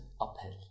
uphill